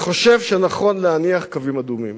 אני חושב שנכון להניח קווים אדומים,